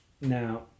now